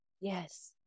Yes